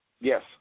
Yes